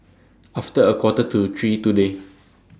after A Quarter to three today